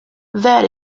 that